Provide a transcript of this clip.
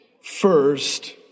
First